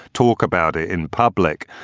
talk about it in public.